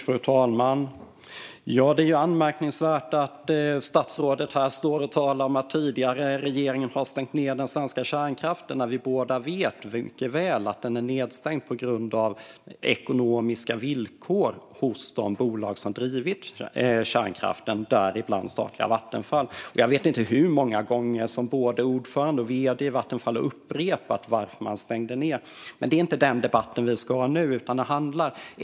Fru talman! Det är anmärkningsvärt att statsrådet står här och talar om att tidigare regeringar har stängt ned den svenska kärnkraften när vi båda vet mycket väl att den har stängts ned på grund av ekonomiska villkor i de bolag som drivit kärnkraften - däribland statliga Vattenfall. Jag vet inte hur många gånger både ordförande och vd i Vattenfall har upprepat varför man stängde ned. Det är dock inte den debatten vi ska ha nu.